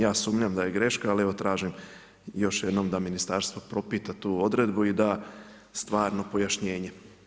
Ja sumnjam da je greška, ali evo tražim još jednom da ministarstvo propita tu odredbu i da stvarno pojašnjenje.